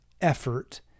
effort